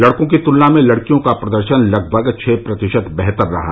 लड़कों की तुलना में लड़कियों का प्रदर्शन लगभग छह प्रतिशत बेहतर रहा